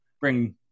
bring